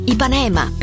Ipanema